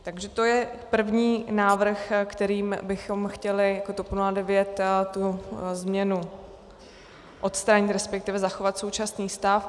Takže to je první návrh, kterým bychom chtěli jako TOP 09 tu změnu odstranit, resp. zachovat současný stav.